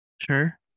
Sure